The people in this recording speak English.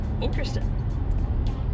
Interesting